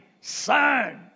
son